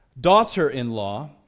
daughter-in-law